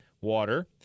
water